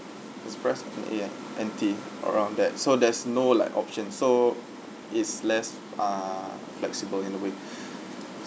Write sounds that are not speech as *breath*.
express N_A and N_T around that so there's no like option so it's less ah flexible in a way *breath*